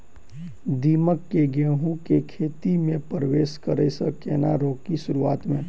दीमक केँ गेंहूँ केँ खेती मे परवेश करै सँ केना रोकि शुरुआत में?